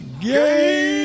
Game